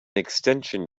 extension